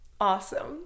Awesome